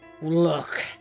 Look